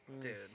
Dude